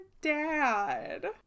dad